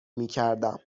میکردم